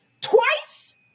twice